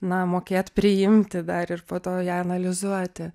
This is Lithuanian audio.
na mokėt priimti dar ir po to ją analizuoti